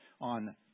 on